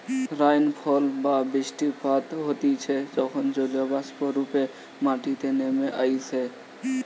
rainfall বা বৃষ্টিপাত হতিছে যখন জলীয়বাষ্প রূপে মাটিতে নেমে আইসে